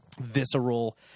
visceral